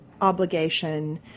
obligation